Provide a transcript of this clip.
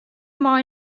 mei